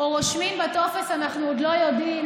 או רושמים בטופס: אנחנו עוד לא יודעים,